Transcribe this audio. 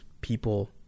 people